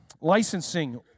licensing